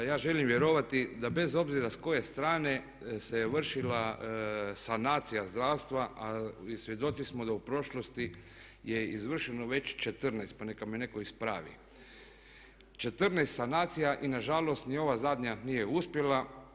Ja želim vjerovati da bez obzira s koje strane se vršila sanacija zdravstva, a svjedoci smo da u prošlosti je izvršeno već 14, pa neka me netko ispravi, 14 sanacija i nažalost ni ova zadnja nije uspjela.